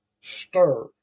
stir